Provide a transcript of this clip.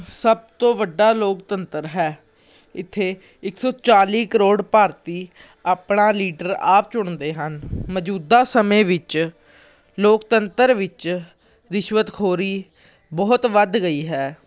ਸਭ ਤੋਂ ਵੱਡਾ ਲੋਕਤੰਤਰ ਹੈ ਇੱਥੇ ਇੱਕ ਸੌ ਚਾਲ੍ਹੀ ਕਰੋੜ ਭਾਰਤੀ ਆਪਣਾ ਲੀਡਰ ਆਪ ਚੁਣਦੇ ਹਨ ਮੌਜੂਦਾ ਸਮੇਂ ਵਿੱਚ ਲੋਕਤੰਤਰ ਵਿੱਚ ਰਿਸ਼ਵਤ ਖੋਰੀ ਬਹੁਤ ਵੱਧ ਗਈ ਹੈ